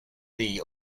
the